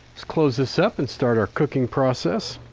let's close this up and start our cooking process.